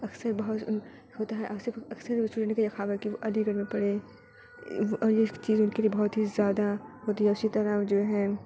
اکثر بہت ہوتا ہے اکثر اسٹوڈینٹ کا یہ خواب ہوتا ہے کہ وہ علی گڑھ میں پڑھے اور یہ چیز ان کے لیے بہت زیادہ ہوتی ہے اسی طرح جو ہے